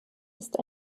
ist